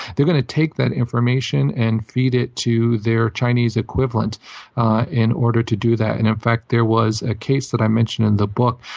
they're going to take that information and feed it to their chinese equivalent in order to do that. and in fact, there was a case that i mentioned in the book,